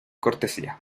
cortesía